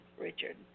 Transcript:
Richard